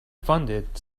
funded